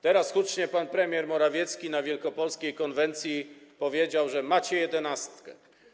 Teraz hucznie pan premier Morawiecki na wielkopolskiej konwencji powiedział: macie „jedenastkę”